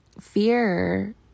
fear